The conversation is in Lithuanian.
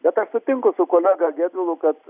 bet aš sutinku su kolega gedvilu kad